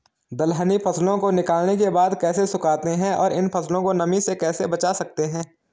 दलहनी फसलों को निकालने के बाद कैसे सुखाते हैं और इन फसलों को नमी से कैसे बचा सकते हैं?